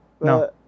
No